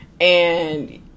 and-